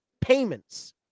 payments